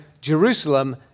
Jerusalem